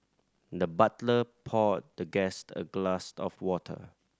the butler poured the guest a glass of water